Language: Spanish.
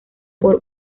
por